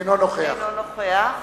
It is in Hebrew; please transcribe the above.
- אינו נוכח